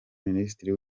minisitiri